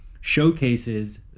showcases